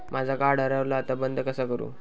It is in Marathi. माझा कार्ड हरवला आता बंद कसा करू?